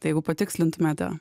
tai jeigu patikslintumėte